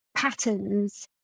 patterns